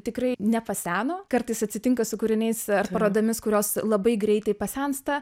tikrai nepaseno kartais atsitinka su kūriniais parodomis kurios labai greitai pasensta